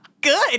Good